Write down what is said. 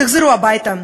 תחזרו הביתה,